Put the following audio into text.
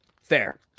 fair